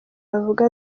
bavuga